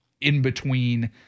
in-between